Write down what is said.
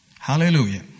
Hallelujah